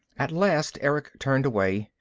at last erick turned away.